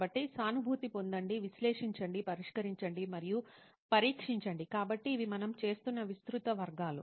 కాబట్టి సానుభూతి పొందండి విశ్లేషించండి పరిష్కరించండి మరియు పరీక్షించండి కాబట్టి ఇవి మనం చేస్తున్న విస్తృత వర్గాలు